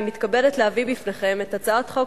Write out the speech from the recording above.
אני מתכבדת להביא בפניכם את הצעת חוק